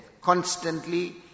Constantly